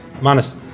Minus